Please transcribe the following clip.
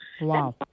Wow